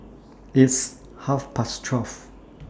its Half Past twelve